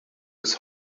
his